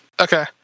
Okay